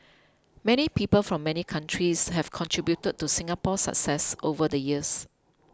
many people from many countries have contributed to Singapore's success over the years